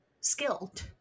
skilled